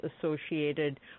associated